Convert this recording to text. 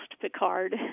Picard